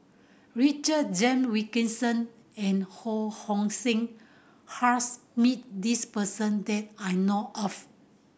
Richard Jame Wilkinson and Ho Hong Sing has met this person that I know of